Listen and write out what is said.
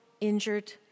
injured